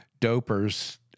doper's